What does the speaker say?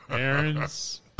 Aaron's